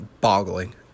boggling